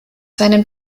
seinen